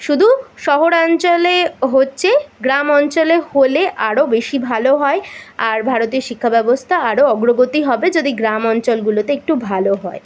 শুধু শহরাঞ্চলে হচ্ছে গ্রাম অঞ্চলে হলে আরো বেশি ভালো হয় আর ভারতীয় শিক্ষাব্যবস্থা আরো অগ্রগতি হবে যদি গ্রাম অঞ্চলগুলোতে একটু ভালো হয়